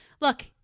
Look